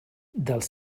dels